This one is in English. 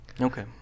Okay